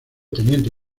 teniente